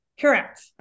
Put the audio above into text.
Correct